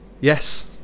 Yes